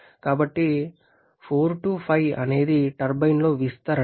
కాబట్టి 4 5 అనేది టర్బైన్లో విస్తరణ